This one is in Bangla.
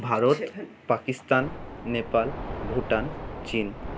ভারত পাকিস্তান নেপাল ভুটান চীন